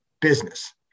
business